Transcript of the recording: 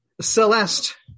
Celeste